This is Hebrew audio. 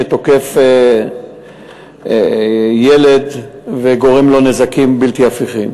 שתוקף ילד וגורם לו נזקים בלתי הפיכים.